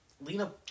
Lena